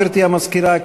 גברתי המזכירה,